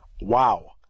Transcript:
Wow